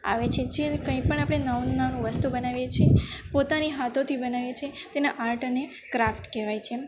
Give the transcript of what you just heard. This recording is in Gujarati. આવે છે જે કંઇપણ આપણે નવું નવું વસ્તુ બનાવીએ છીએ પોતાની હાથોથી બનાવીએ છીએ તેને આર્ટ અને ક્રાફ્ટ કહેવાય છે એમ